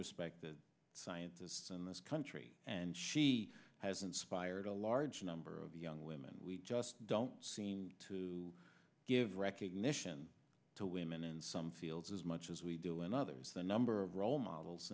respected scientists in this country and she has inspired a large number of young women we just don't seem to give recognition to women in some fields as much as we do in others the number of role models